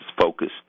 focused